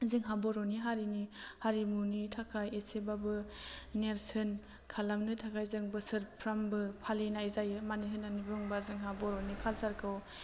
जोंहा बर'नि हारिनि हारिमुनि थाखाय एसेबाबो नेरसोन खालामनो थाखाय जों बोसोरफ्रामबो फालिनाय जायो मानो होननानै बुंबा जोंहा बर'नि कालसारखौ